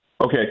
Okay